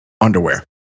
underwear